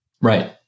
Right